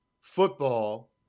football